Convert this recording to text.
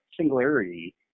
singularity